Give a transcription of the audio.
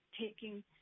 taking